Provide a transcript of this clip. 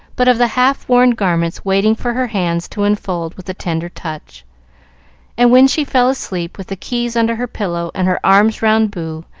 but of the half-worn garments waiting for her hands to unfold with a tender touch and when she fell asleep, with the keys under her pillow and her arms round boo,